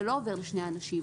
זה לא עובר לשני אנשים